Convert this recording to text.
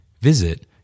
Visit